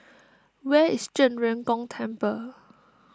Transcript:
where is Zhen Ren Gong Temple